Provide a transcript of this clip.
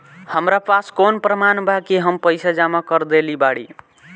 हमरा पास कौन प्रमाण बा कि हम पईसा जमा कर देली बारी?